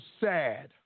sad